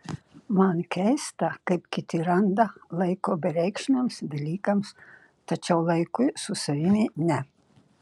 man keista kaip kiti randa laiko bereikšmiams dalykams tačiau laikui su savimi ne